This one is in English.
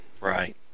Right